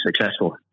successful